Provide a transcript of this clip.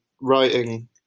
writing